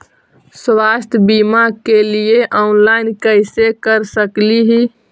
स्वास्थ्य बीमा के लिए ऑनलाइन कैसे कर सकली ही?